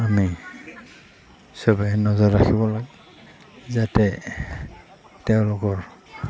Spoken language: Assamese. আমি সবেই নজৰ ৰাখিব লাগে যাতে তেওঁলোকৰ